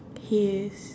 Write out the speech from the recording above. he is